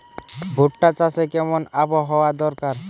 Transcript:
ভুট্টা চাষে কেমন আবহাওয়া দরকার?